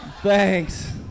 Thanks